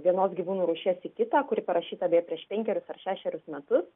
vienos gyvūnų rūšies į kitą kuri parašyta beje prieš penkerius ar šešerius metus